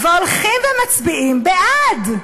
והולכים ומצביעים בעד.